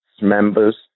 members